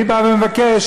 אני מבקש: